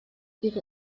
ihre